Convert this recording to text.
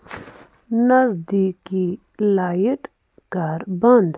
نٔزدیٖکی light کَر بَنٛد